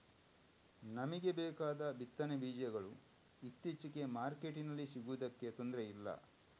ನಮಿಗೆ ಬೇಕಾದ ಬಿತ್ತನೆ ಬೀಜಗಳು ಇತ್ತೀಚೆಗೆ ಮಾರ್ಕೆಟಿನಲ್ಲಿ ಸಿಗುದಕ್ಕೆ ತೊಂದ್ರೆ ಇಲ್ಲ